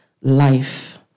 life